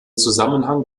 zusammenhang